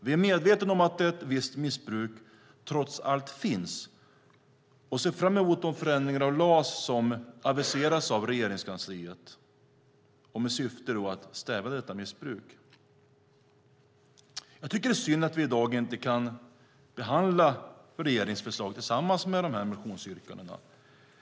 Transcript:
Vi är medvetna om att ett visst missbruk trots allt finns och ser fram emot de förändringar av LAS som har aviserats av Regeringskansliet med syfte att stävja detta missbruk. Jag tycker att det är synd att vi i dag inte kan behandla regeringens förslag tillsammans med de här motionsyrkandena.